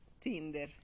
Tinder